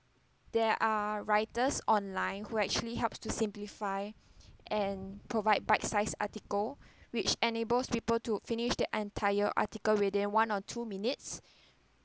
there are writers online who actually helps to simplify and provide bite-sized article which enables people to finish the entire article within one or two minutes